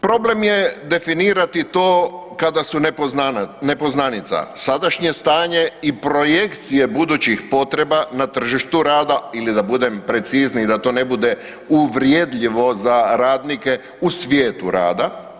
Problem je definirati to kada su nepoznanica sadašnje stanje i projekcije budućih potreba na tržištu rada ili da budem precizniji da to ne bude uvredljivo za radnike, u svijetu rada.